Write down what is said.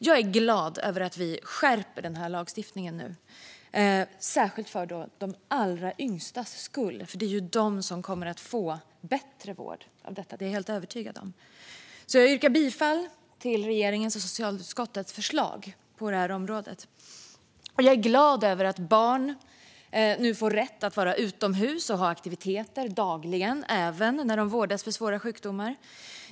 Jag är glad över att vi nu skärper denna lagstiftning, särskilt för de allra yngstas skull. Det är de som kommer att få bättre vård. Det är jag helt övertygad om. Därför yrkar jag bifall till regeringens och socialutskottets förslag på detta område. Jag är glad över att barn nu får rätt att dagligen vara utomhus och ha aktiviteter även när de vårdas för svåra sjukdomar.